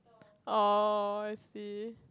oh I see